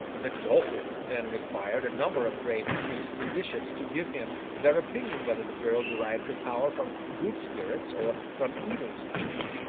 the dauphin then required a number of grave priests and bishops to give him their opinion whether the girl derived her power from good spirits or from evil spirits,